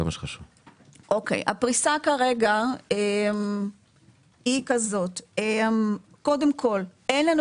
הפריסה כרגע היא כזאת: קודם כל אין לנו